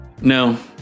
No